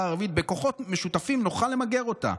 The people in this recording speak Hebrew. הערבית על זה שבכוחות משותפים נוכל למגר אותה: